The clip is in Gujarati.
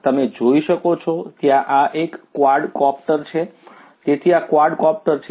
તમે જોઈ શકો છો ત્યાં આ એક ક્વાડકોપ્ટર છે તેથી આ ક્વાડકોપ્ટર છે